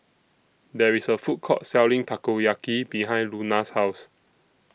There IS A Food Court Selling Takoyaki behind Luna's House